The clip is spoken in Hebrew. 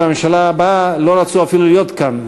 הממשלה הבאה לא רצו אפילו להיות כאן.